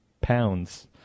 pounds